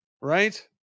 right